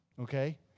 Okay